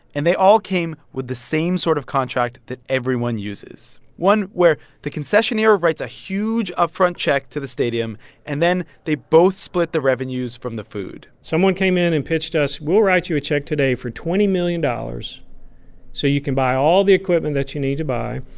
and they all came with the same sort of contract that everyone uses, one where the concessionaire writes a huge upfront check to the stadium and then they both split the revenues from the food someone came in and pitched us, we'll write you a check today for twenty million dollars so you can buy all the equipment that you need to buy.